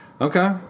Okay